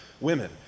women